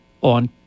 on